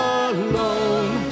alone